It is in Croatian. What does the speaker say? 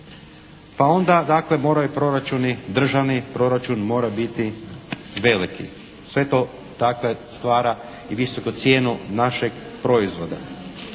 pa onda dakle moraju i proračuni državni, državni proračun mora biti veliki. Sve to dakle stvara i visoku cijenu našeg proizvoda.